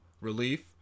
relief